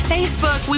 Facebook